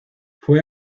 fue